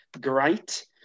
great